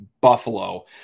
buffalo